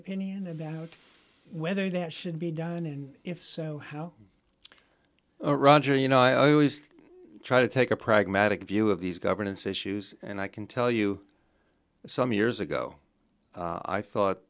opinion about whether that should be done and if so how roger you know i always try to take a pragmatic view of these governance issues and i can tell you some years ago i thought